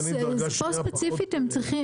פה ספציפית הם צריכים,